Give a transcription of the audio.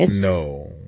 No